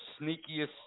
sneakiest